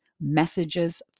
messages